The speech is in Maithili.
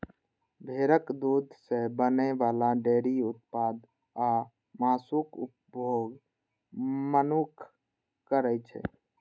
भेड़क दूध सं बनै बला डेयरी उत्पाद आ मासुक उपभोग मनुक्ख करै छै